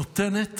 נותנת